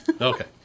Okay